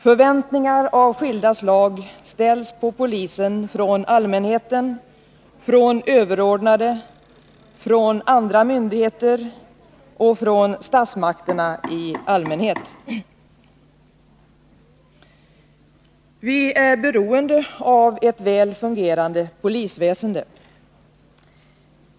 Förväntningar av skilda slag ställs på polisen från allmänheten, från överordnade, från andra myndigheter och från statsmakterna i allmänhet. Vi är beroende av ett väl fungerande polisväsende.